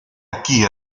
aquí